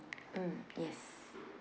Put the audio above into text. mm yes